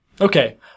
Okay